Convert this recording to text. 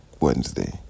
Wednesday